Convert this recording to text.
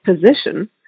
position